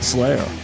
Slayer